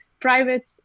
private